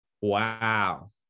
Wow